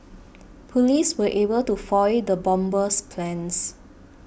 police were able to foil the bomber's plans